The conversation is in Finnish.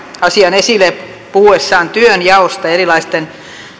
asian esille puhuessaan työnjaosta erilaisten